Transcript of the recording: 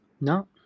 No